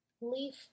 leaf